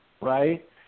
right